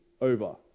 over